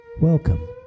Welcome